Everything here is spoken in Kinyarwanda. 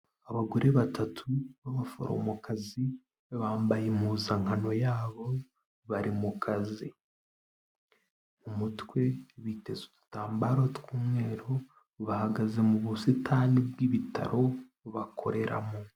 Abagore batatu b'abaforomokazi, bambaye impuzankano yabo, bari mu kazi, mu mutwe biteze udutambaro tw'umweru, bahagaze mu busitani bwi'bitaro, bakoreramo.